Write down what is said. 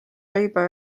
leiba